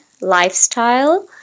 lifestyle